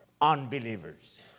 unbelievers